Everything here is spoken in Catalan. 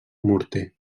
morter